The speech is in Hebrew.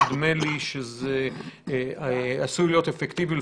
נדמה לי שזה עשוי להיות אפקטיבי.